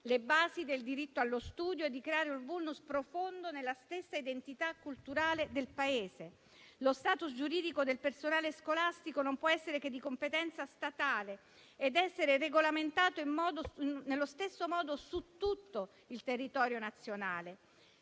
le basi del diritto allo studio e di creare un *vulnus* profondo nella stessa identità culturale del Paese. Lo *status* giuridico del personale scolastico non può essere che di competenza statale ed essere regolamentato nello stesso modo su tutto il territorio nazionale.